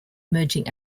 merging